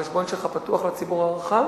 ב"פייסבוק" ב"פייסבוק" החשבון שלך פתוח לציבור הרחב?